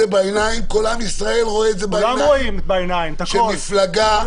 כל עם ישראל רואה בעיניים שמפלגה -- כולם רואים בעיניים את כל ההפרות,